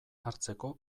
hartzeko